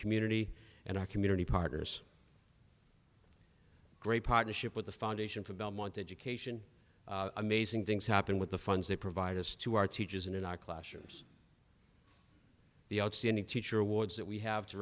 community and our community partners a great partnership with the foundation for belmont education amazing things happen with the funds they provide us to our teachers and in our classrooms the outstanding teacher awards that we have to